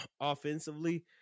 offensively